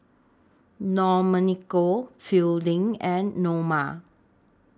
Domenico Fielding and Noma